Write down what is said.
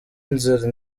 inzira